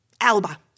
Alba